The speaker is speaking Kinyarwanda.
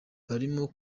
barimo